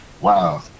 wow